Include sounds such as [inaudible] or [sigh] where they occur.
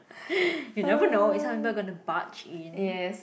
[breath] you never know if some people going to barge in